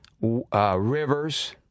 Rivers